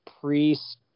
priest